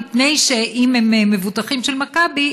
מפני שאם הם מבוטחים של מכבי,